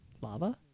lava